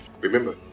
Remember